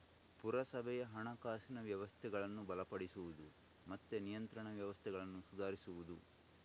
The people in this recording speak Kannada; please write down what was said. ಪುರಸಭೆಯ ಹಣಕಾಸಿನ ವ್ಯವಸ್ಥೆಗಳನ್ನ ಬಲಪಡಿಸುದು ಮತ್ತೆ ನಿಯಂತ್ರಣ ವ್ಯವಸ್ಥೆಗಳನ್ನ ಸುಧಾರಿಸುದು